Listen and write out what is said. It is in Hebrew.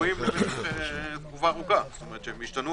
כשכל כמה ימים משנים אותם.